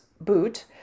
boot